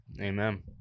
Amen